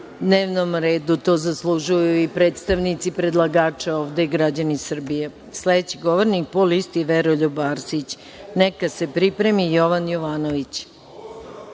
dnevnom redu. To zalužuju i predstavnici predlagača ovde i građani Srbije. Sledeći govornik po listi, Veroljub Arsić. Neka se pripremi Jovan Jovanović.